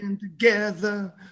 Together